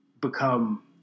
become